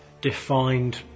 defined